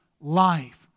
life